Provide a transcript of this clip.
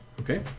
Okay